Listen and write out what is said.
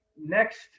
next